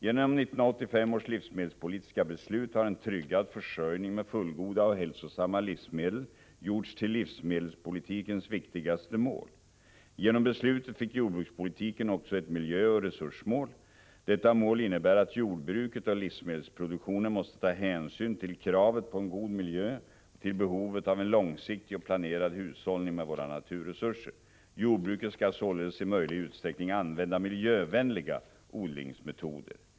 Genom 1985 års livsmedelspolitiska beslut har en tryggad försörjning med fullgoda och hälsosamma livsmedel gjorts till livsmedelspolitikens viktigaste mål. Genom beslutet fick jordbrukspolitiken också ett miljöoch resursmål. Detta mål innebär att jordbruket och livsmedelsproduktionen måste ta hänsyn till kravet på en god miljö och till behovet av en långsiktig och planerad hushållning med våra naturresurser. Jordbruket skall således i möjlig utsträckning använda miljövänliga odlingsmetoder.